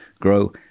grow